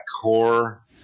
core